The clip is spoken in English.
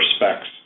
respects